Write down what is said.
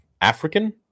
African